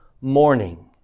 morning